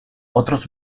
otros